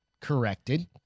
corrected